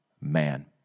Man